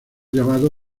llamado